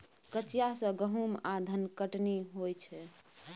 कचिया सँ गहुम आ धनकटनी होइ छै